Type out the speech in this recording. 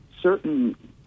certain